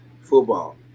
football